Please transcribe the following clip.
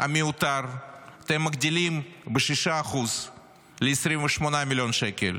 המיותר אתם מגדילים ב-6% ל-28 מיליון שקל,